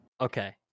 Okay